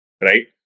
right